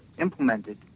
implemented